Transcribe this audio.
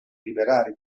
liberare